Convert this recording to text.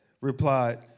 replied